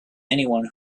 anyone